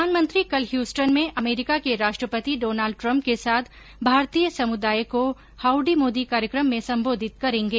प्रधानमंत्री कल ह्यूस्टन में अमरीका के राष्ट्रपति डॉनल्ड ट्रम्प के साथ भारतीय समुदाय को हाउडी मोदी कार्यक्रम में सम्बोधित करेंगे